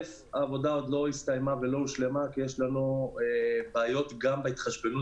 העבודה עוד לא הסתיימה ולא הושלמה כי יש לנו בעיות גם בהתחשבנות